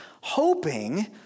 hoping